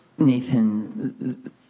Nathan